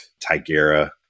TIGERA